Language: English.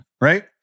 Right